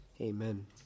Amen